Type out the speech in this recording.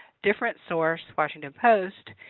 different source, washington post